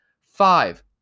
five